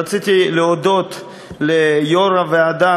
רציתי להודות ליושב-ראש הוועדה,